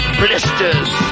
blisters